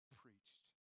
preached